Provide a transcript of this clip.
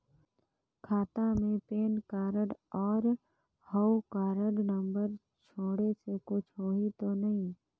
खाता मे PAN card और हव कारड नंबर जोड़े से कुछ होही तो नइ?